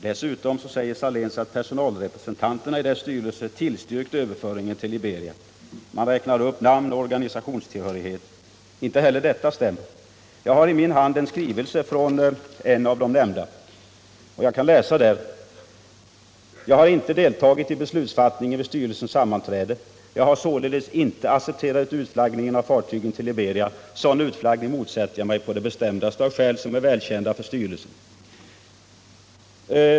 Dessutom säger Saléns att personalrepresentanterna i företagets styrelse tillstyrkt överföringen till Liberia samt räknar upp namn och organisationstillhörighet. Men inte heller detta stämmer. Jag har i min hand en skrivelse till Saléns styrelse från en av de nämnda, och jag kan läsa ur den: ”Jag har inte deltagit i beslutsfattningen vid styrelsens sam manträde ———. Jag har således inte accepterat utflaggningen av 19 fartyg till Liberia. Sådan utflaggning motsätter jag mig på det bestämdaste av skäl, som är välkända för styrelsen —-—--.